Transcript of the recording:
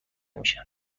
میشه